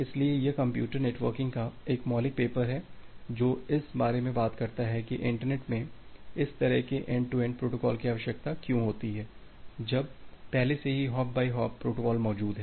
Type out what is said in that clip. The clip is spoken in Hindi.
इसलिए यह कंप्यूटर नेटवर्किंग का एक मौलिक पेपर है जो इस बारे में बात करता है कि इंटरनेट में इस तरह के एंड टू एंड प्रोटोकॉल की आवश्यकता क्यों होती है जब पहले से ही हॉप बाई हॉप प्रोटोकॉल मौजूद हैं